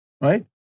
right